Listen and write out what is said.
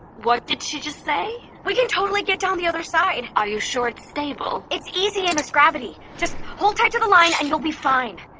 what did she just say? we can totally get down the other side are you sure it's stable? it's easy in this gravity, just hold tight to the line and you'll be fine!